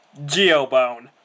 Geobone